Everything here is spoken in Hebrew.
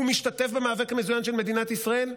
הוא משתתף במאבק המזוין של מדינת ישראל?